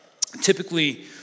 typically